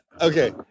Okay